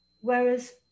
Whereas